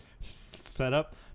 setup